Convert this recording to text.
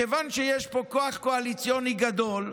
כיוון שיש פה כוח קואליציוני גדול,